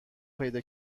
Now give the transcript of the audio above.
پیدا